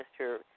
Mr